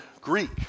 Greek